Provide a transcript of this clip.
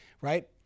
right